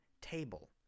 table